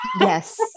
Yes